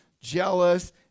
jealous